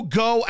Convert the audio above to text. go